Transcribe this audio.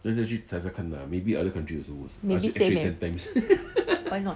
maybe same eh why not